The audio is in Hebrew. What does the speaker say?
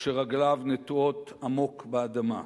וכשרגליו נטועות עמוק באדמה.